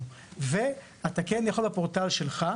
ואתה כן יכול בפורטל שלך,